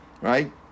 right